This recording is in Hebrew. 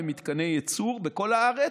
ממתקני ייצור בכל הארץ,